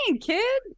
kid